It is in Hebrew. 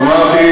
האם המשקף,